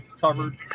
covered